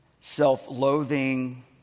self-loathing